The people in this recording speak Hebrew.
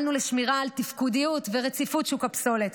פעלנו לשמירה על תפקודיות ורציפות שוק הפסולת,